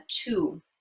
two